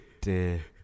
dear